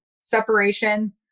separation